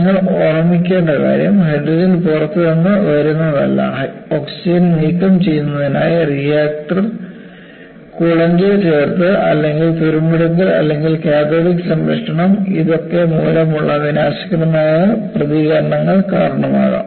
നിങ്ങൾ ഓർമ്മിക്കേണ്ട കാര്യം ഹൈഡ്രജൻ പുറത്തു നിന്ന് വരുന്നതല്ല ഓക്സിജൻ നീക്കം ചെയ്യുന്നതിനായി റിയാക്റ്റർ കൂളന്റിൽ ചേർത്തത്അല്ലെങ്കിൽ തുരുമ്പെടുക്കൽ അല്ലെങ്കിൽ കാഥോഡിക് സംരക്ഷണം ഇതൊക്കെ മൂലമുള്ള വിനാശകരമായ പ്രതികരണങ്ങൾ കാരണമാകാം